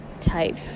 type